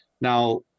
Now